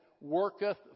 worketh